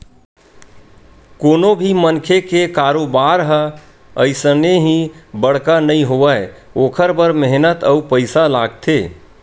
कोनो भी मनखे के कारोबार ह अइसने ही बड़का नइ होवय ओखर बर मेहनत अउ पइसा लागथे